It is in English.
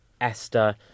Esther